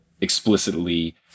explicitly